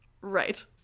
Right